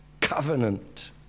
Covenant